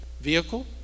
vehicle